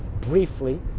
briefly